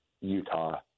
utah